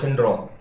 wrong